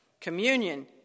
Communion